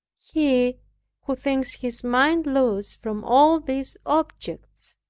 he who thinks his mind loose from all these objects,